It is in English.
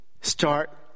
start